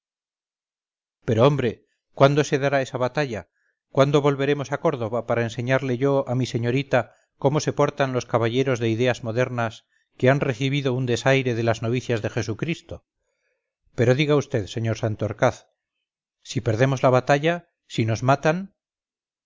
pero hombre cuándo se dará esa batalla cuándo volveremos a córdoba para enseñarle yo a mi señorita cómo se portan los caballeros de ideas modernas que han recibido un desaire de las novias de jesucristo pero diga vd santorcaz si perdemos la batalla si nos matan